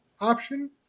option